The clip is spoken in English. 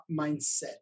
mindset